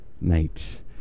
night